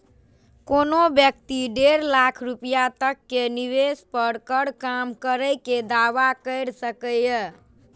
कोनो व्यक्ति डेढ़ लाख रुपैया तक के निवेश पर कर कम करै के दावा कैर सकैए